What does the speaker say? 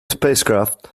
spacecraft